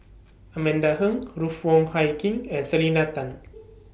Amanda Heng Ruth Wong Hie King and Selena Tan